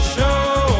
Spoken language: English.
Show